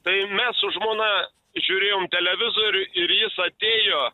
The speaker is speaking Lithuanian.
tai mes su žmona žiūrėjom televizorių ir jis atėjo